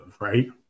right